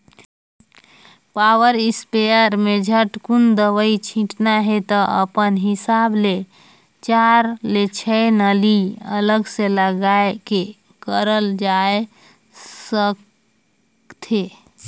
power sprayer में झटकुन दवई छिटना हे त अपन हिसाब ले चार ले छै नली अलग से लगाये के करल जाए सकथे